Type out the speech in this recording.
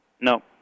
No